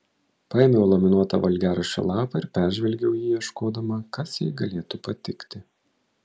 paėmiau laminuotą valgiaraščio lapą ir peržvelgiau jį ieškodama kas jai galėtų patikti